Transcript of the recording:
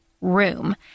room